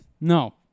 No